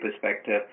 perspective